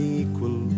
equal